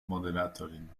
moderatorin